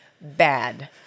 bad